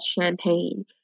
champagne